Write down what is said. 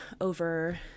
over –